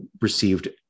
received